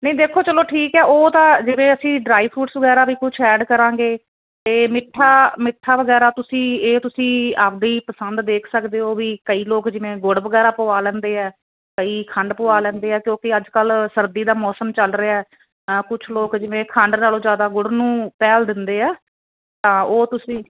ਨਹੀਂ ਦੇਖੋ ਚਲੋ ਠੀਕ ਹੈ ਉਹ ਤਾਂ ਜਿਵੇਂ ਅਸੀਂ ਡਰਾਈ ਫਰੂਟ ਵਗੈਰਾ ਵੀ ਕੁਝ ਐਡ ਕਰਾਂਗੇ ਤੇ ਮਿੱਠਾ ਮਿੱਠਾ ਵਗੈਰਾ ਤੁਸੀਂ ਇਹ ਤੁਸੀਂ ਆਪਦੀ ਪਸੰਦ ਦੇਖ ਸਕਦੇ ਓ ਵੀ ਕਈ ਲੋਕ ਜਿਵੇਂ ਗੁੜ ਵਗੈਰਾ ਪਵਾ ਲੈਂਦੇ ਐ ਕਈ ਖੰਡ ਪਵਾ ਲੈਂਦੇ ਆ ਕਿਉਕੀ ਅੱਜ ਕੱਲ ਸਰਦੀ ਦਾ ਮੌਸਮ ਚੱਲ ਰਿਹਾ ਕੁਛ ਲੋਕ ਜਿਵੇਂ ਖੰਡ ਨਾਲੋਂ ਜਿਆਦਾ ਗੁੜ ਨੂੰ ਪਹਿਲ ਦਿੰਦੇ ਆ ਤਾਂ ਉਹ ਤੁਸੀਂ